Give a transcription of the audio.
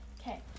Okay